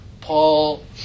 Paul